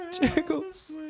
Jiggles